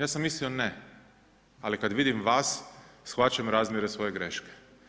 Ja sam mislio ne, ali kad vidim vas shvaćam razmjere svoje greške.